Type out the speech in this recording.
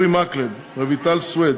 אורי מקלב, רויטל סויד,